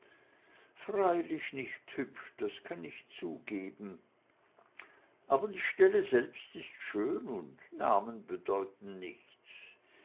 freilich nicht hübsch das kann ich zugeben aber die stelle selbst ist schön und namen bedeuten nichts